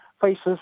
faces